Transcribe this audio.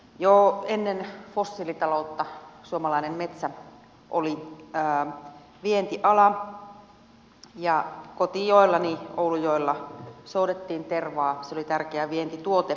jo ennen fossiilitaloutta suomalainen metsä oli vientiala ja kotijoellani oulujoella soudettiin tervaa se oli tärkeä vientituote